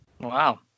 Wow